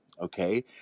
okay